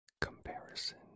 Comparison